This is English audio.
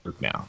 now